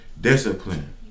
discipline